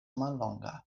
mallonga